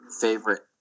favorite